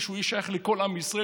שיהיה שייך לכל עם ישראל,